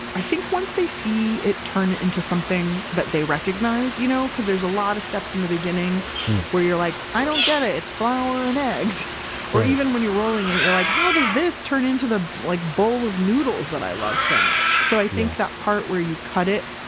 i think once they see it turn into something that they recognize, you know because there's a lot of steps in the beginning where you're like, i don't get it. it's flour and eggs or even when you're rolling it, you're like, how does this turn into the like bowl of noodles that i love so much? so, i think that part where you cut it,